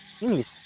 English